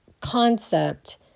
concept